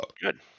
Good